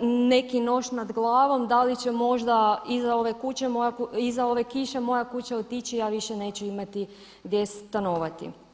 neki nož nad glavom da li će možda iza ove kiše moja kuća otići a ja više neću imati gdje stanovati.